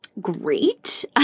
great